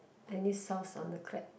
any sauce on the crab